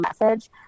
message